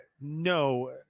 no